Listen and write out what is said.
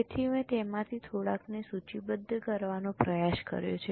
તેથી મેં તેમાંથી થોડાકને સૂચિબદ્ધ કરવાનો પ્રયાસ કર્યો છે